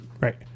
Right